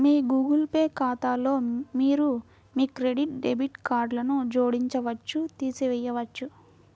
మీ Google Pay ఖాతాలో మీరు మీ క్రెడిట్, డెబిట్ కార్డ్లను జోడించవచ్చు, తీసివేయవచ్చు